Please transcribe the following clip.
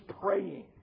praying